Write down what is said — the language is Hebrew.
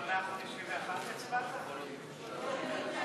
קבוצת סיעת המחנה הציוני וקבוצת סיעת